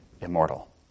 immortal